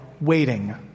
waiting